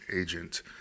agent